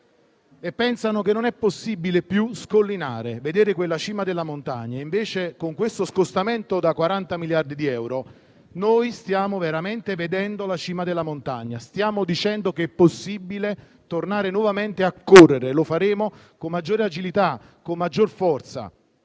e pensano che non sia possibile più scollinare, vedere la cima della montagna. Invece, con questo scostamento da 40 miliardi di euro noi stiamo veramente vedendo la cima della montagna e stiamo dicendo che è possibile tornare nuovamente a correre; lo faremo con maggiore agilità, con maggior forza,